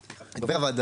את דובר הוועדה,